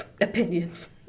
Opinions